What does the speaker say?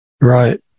right